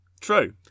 True